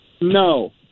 No